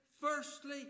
firstly